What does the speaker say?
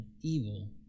evil